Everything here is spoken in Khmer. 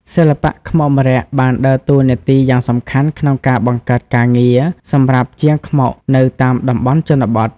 សិល្បៈខ្មុកម្រ័ក្សណ៍បានដើរតួនាទីយ៉ាងសំខាន់ក្នុងការ បង្កើតការងារ សម្រាប់ជាងខ្មុកនៅតាមតំបន់ជនបទ។